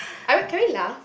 I we can we laugh